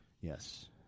Yes